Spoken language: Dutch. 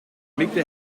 mikte